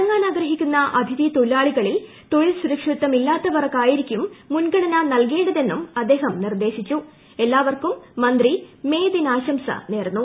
മടങ്ങാനാഗ്രഹിക്കുന്ന അതിഥി തൊഴിലാളികളിൽ തൊഴിൽ സുരക്ഷിതത്വമില്ലാത്തവർക്കായ്പിരിക്കണം മുൻഗണന നൽകേണ്ടതെന്നും അദ്ദേഹം നിർദ്ദേശിച്ചു എല്ലാവർക്കും മന്ത്രി മെയ് ദിനാശംസ നേർന്നു